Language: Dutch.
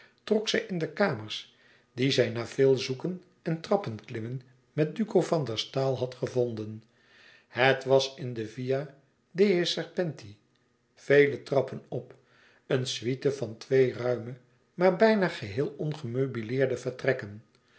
trok zij in de kamers die zij na veel e ids aargang zoeken en trappenklimmen met duco van der staal had gevonden het was in de via dei serpenti vele trappen op een suite van twee ruime maar bijna geheel ongemeubileerde vertrekken